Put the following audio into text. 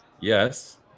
Yes